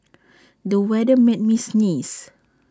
the weather made me sneeze